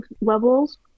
levels